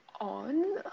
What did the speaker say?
on